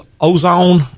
ozone